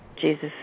Jesus